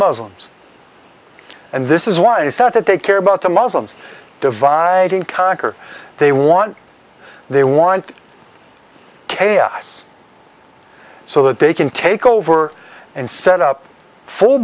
muslims and this is why it's not that they care about the muslims divide and conquer they want they want chaos so that they can take over and set up full